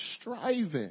striving